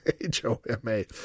H-O-M-A